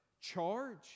charge